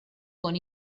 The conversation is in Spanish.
con